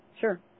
Sure